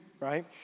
right